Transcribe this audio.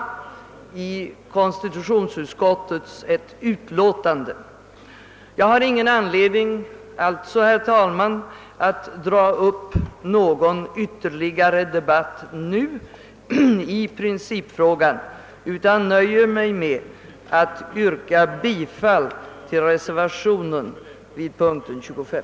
nämligen vid behandlingen av konstitutionsutskottets utlåtande. Jag har alltså ingen anledning, herr talman, att dra upp någon ytterligare debatt nu, utan nöjer mig med att yrka bifall till reservationen vid punkten 25.